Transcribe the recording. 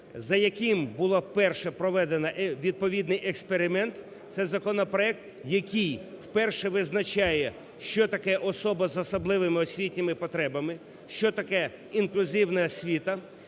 за яким було вперше проведено відповідний експеримент, це законопроект, який вперше визначає, що таке особа за особливими освітніми потребами, що таке інклюзивна освіта,